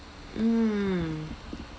mm